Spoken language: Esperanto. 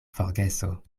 forgeso